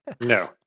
No